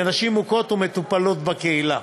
לנשים מוכות ומטופלות בקהילה.